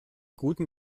guten